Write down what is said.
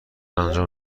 انجام